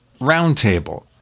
Roundtable